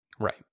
Right